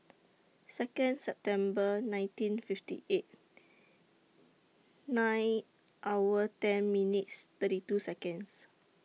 Second September nineteen fifty eight nine hour ten minutes thirty two Seconds